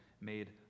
made